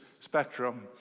spectrum